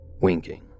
winking